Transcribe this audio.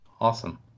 Awesome